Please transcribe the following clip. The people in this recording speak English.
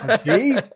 See